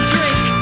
Drink